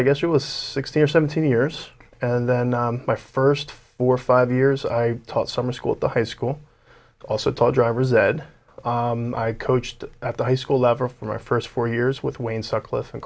i guess it was sixteen or seventeen years and then my first four or five years i taught summer school at the high school also taught driver's ed i coached at the high school level for my first four years with wayne cyclists and